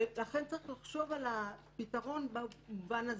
ולכן צריך לחשוב על הפתרון במובן הזה.